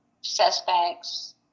suspects